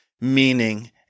meaning